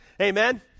amen